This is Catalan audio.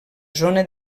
zona